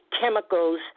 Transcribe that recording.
chemicals